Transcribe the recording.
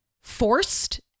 forced